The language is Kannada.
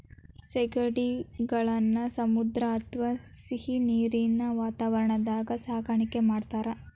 ಸೇಗಡಿಗಳನ್ನ ಸಮುದ್ರ ಅತ್ವಾ ಸಿಹಿನೇರಿನ ವಾತಾವರಣದಾಗ ಸಾಕಾಣಿಕೆ ಮಾಡ್ತಾರ